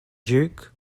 duke